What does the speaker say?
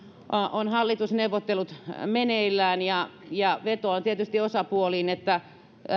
ovat hallitusneuvottelut meneillään ja ja vetoan tietysti osapuoliin että